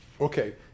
Okay